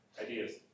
Ideas